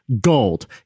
gold